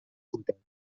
بودند